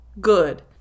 Good